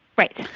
right.